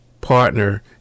partner